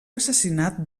assassinat